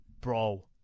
Bro